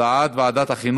מתנגדים.